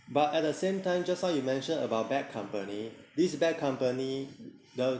but at the same time just now you mention about bad company this bad company the